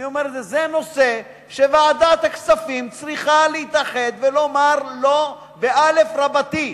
זה נושא שוועדת הכספים צריכה להתאחד ולומר לא באל"ף רבתי.